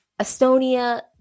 Estonia